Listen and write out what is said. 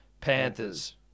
Panthers